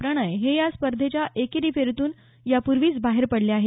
प्रणय हे या स्पर्धेच्या एकेरी फेरीतून या पूर्वीच बाहेर पडले आहे